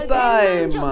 time